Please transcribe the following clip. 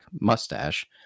mustache